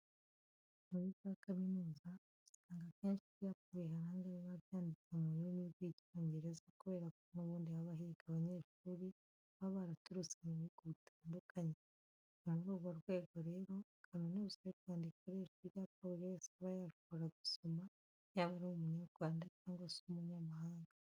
Muri za kaminuza usanga akenshi ibyapa biharanga biba byanditse mu rurimi rw'Icyongereza kubera ko n'ubundi haba higa abanyeshuri baba baraturutse mu bihugu bitandukanye. Ni muri urwo rwego rero, Kaminuza y'u Rwanda ikoresha ibyapa buri wese aba yashobora gusoma yaba ari Umunyarwanda cyangwa se umunyamahanga.